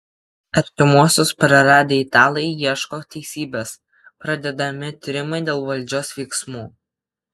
artimuosius praradę italai ieško teisybės pradedami tyrimai dėl valdžios veiksmų